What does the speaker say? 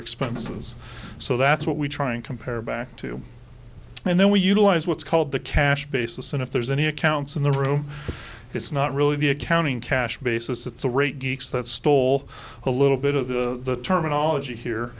expenses so that's what we try and compare back to and then we utilize what's called the cash basis and if there's any accounts in the room it's not really the accounting cash basis it's a rate geeks that stole a little bit of the terminology here